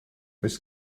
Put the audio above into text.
oes